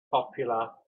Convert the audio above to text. popular